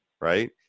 right